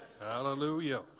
Hallelujah